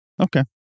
okay